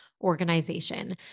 organization